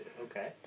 Okay